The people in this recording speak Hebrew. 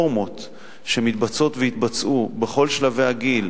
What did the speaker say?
שהרפורמות שמתבצעות ויתבצעו בכל שלבי הגיל,